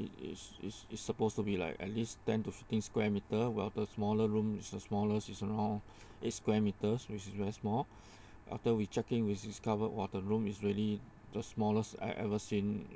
it is is it's supposed to be like at least ten to fifteen square meter while the smaller room is the smallest is around eight square meters which is very small after we check in we just discovered !wah! the room is really the smallest I ever since